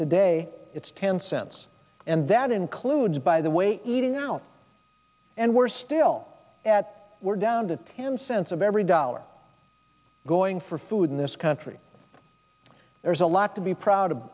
today it's ten cents and that include by the way eating out and we're still at we're down to ten cents of every dollar going for food in this country there's a lot to be proud of